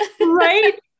Right